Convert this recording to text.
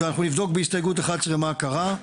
נבדוק בהסתייגות 11 מה קרה.